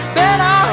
better